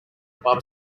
above